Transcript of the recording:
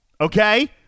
okay